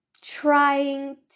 trying